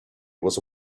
was